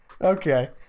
Okay